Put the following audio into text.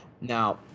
Now